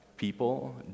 People